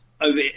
over